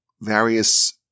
various